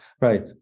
right